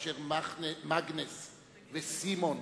כאשר מאגנס וסימון,